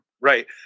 right